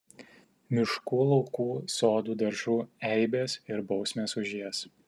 miškų laukų sodų daržų eibės ir bausmės už jas